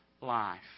life